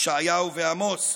ישעיהו ועמוס.